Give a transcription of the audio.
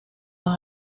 los